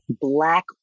black